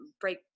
break